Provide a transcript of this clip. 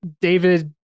david